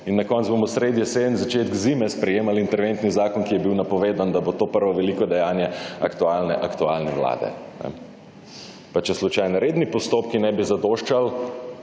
In na koncu bomo sredi jeseni, začetek zime sprejemali interventni zakon, ki je bil napovedan, da bo to prvo veliko dejanje aktualne vlade. Pa če slučajno redni postopki ne bi zadoščali,